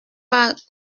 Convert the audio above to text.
pas